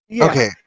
Okay